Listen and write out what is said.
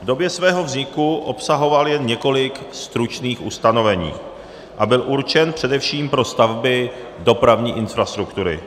V době svého vzniku obsahoval jen několik stručných ustanovení a byl určen především pro stavby dopravní infrastruktury.